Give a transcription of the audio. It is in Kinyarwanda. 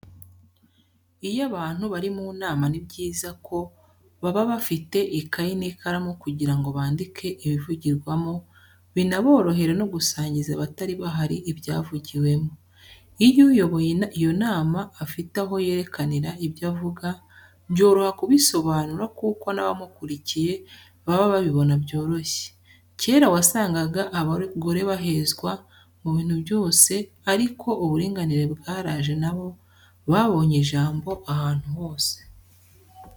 Iyo abantu bari mu nama ni byiza ko baba bafite ikayi n'ikaramu kugira ngo bandike ibivugirwamo binaborohere no gusangiza abatari bahari ibyavugiwemo, iyo uyoboye iyo nama afite aho yerekanira ibyo avuga byoroha kubisobanura kuko n'abamukurikiye baba babibona byoroshye, kera wasangaga abagore bahezwa mu bintu byose ariko uburinganire bwaraje na bo babonye ijambo ahantu hose.